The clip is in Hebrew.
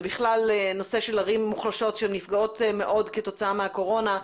ובכלל נושא של ערים מוחלשות שנפגעות מאוד כתוצאה מהקורונה,